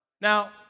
Now